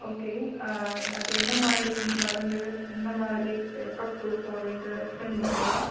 okay அது என்ன மாதிரி மருந்து எந்த மாதிரி எஃபெக்ட் கொடுக்கும் அப்படின்ட்டு எக்ஸ்ப்ளைன் பண்ணுறிங்களா